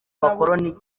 abakoloni